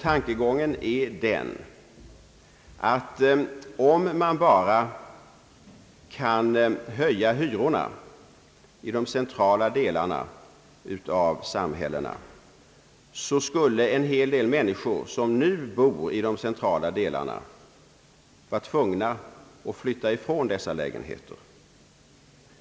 Tankegången är den att om man bara kan höja hyrorna i samhällenas centrala delar, så skulle en hel del människor som nu bor där vara tvungna att flytta ifrån sina lägenheter.